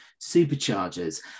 superchargers